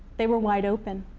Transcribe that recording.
they were wide open.